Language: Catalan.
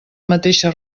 mateixa